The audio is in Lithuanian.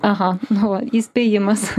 aha na va įspėjimas